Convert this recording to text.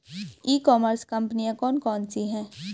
ई commerce कंपनियाँ कौन कौन सी हैं?